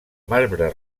marbre